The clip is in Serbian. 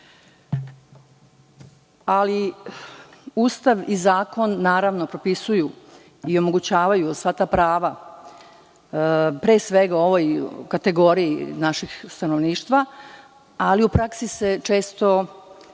Ustav i zakon naravno propisuju i omogućavaju sva ta prava, pre svega ovoj kategoriji našeg stanovništva, ali u praksi se često